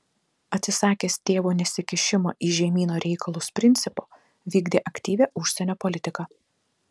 atsisakęs tėvo nesikišimo į žemyno reikalus principo vykdė aktyvią užsienio politiką